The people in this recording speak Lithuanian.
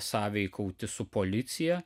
sąveikauti su policija